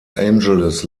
angeles